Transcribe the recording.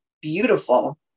Beautiful